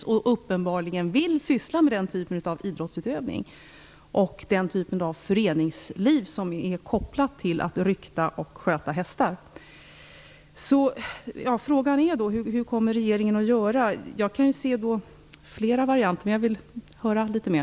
De vill uppenbarligen syssla med den typen av idrottsutövning och den typen av föreningsliv som är kopplad till att rykta och sköta hästar. Frågan är hur regeringen kommer att göra. Jag kan se flera varianter, men jag skulle vilja höra litet mer.